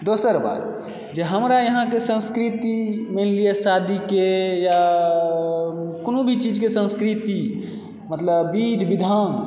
दोसर बात जे हमरा यहाँके संस्कृति मानि लिअ शादीके वा कोनो भी चीजके संस्कृति मतलब विधि विधान